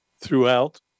throughout